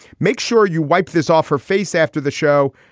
make sure you wipe this off her face after the show.